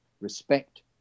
Respect